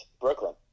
Brooklyn